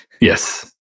yes